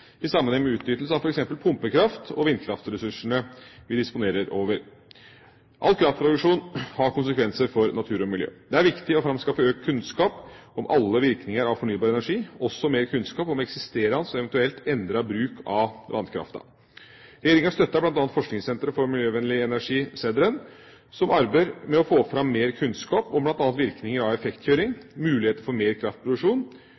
i sammenheng med utnyttelse av f.eks. pumpekraft og vindkraftressursene vi disponerer over. All kraftproduksjon har konsekvenser for natur og miljø. Det er viktig å framskaffe økt kunnskap om alle virkninger av fornybar energi, også mer kunnskap om eksisterende og eventuelt endret bruk av vannkraften. Regjeringa støtter bl.a. Forskningssenter for miljøvennlig energi – CEDREN – som arbeider med å få fram mer kunnskap om bl.a. virkninger av